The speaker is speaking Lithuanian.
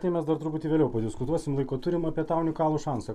tai mes dar truputį vėliau padiskutuosim laiko turim apie tą unikalų šansą